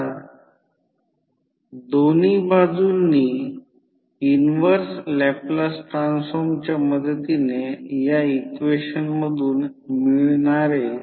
आता ∅∅ max sin ω t जाणून आहोत